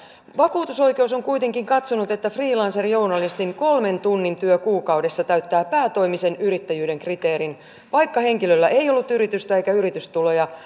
vakuutusoikeus on kuitenkin katsonut että freelancejournalistin kolmen tunnin työ kuukaudessa täyttää päätoimisen yrittäjyyden kriteerin vaikka henkilöllä ei ollut yritystä eikä yritystuloja